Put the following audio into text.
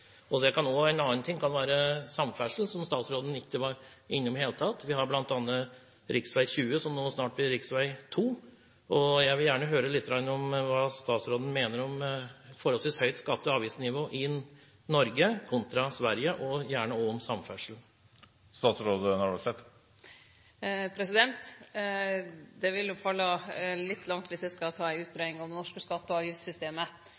det hele tatt. Vi har bl.a. rv. 20, som nå snart blir rv. Jeg vil gjerne høre litt om hva statsråden mener om et forholdsvis høyt skatte- og avgiftsnivå i Norge kontra i Sverige, og vil gjerne også høre om samferdsel. Det vil verte litt langt dersom eg skal ta ei utgreiing om det norske skatte- og avgiftssystemet.